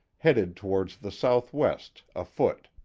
headed towards the southwest, afoot.